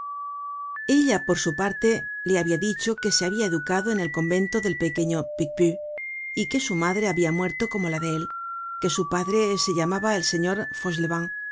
ella por su parte le habia dicho que se habia educado en el convento del pequeño picpus que su madre habia muerto como la de él que su padre se llamaba el señor